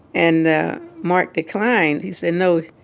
and mark declined. he said, no.